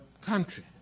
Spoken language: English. country